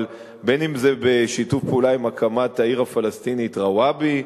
אבל אם בשיתוף פעולה בהקמת העיר הפלסטינית רוואבי,